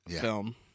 film